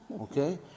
okay